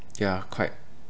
ya quite